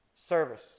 service